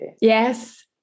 yes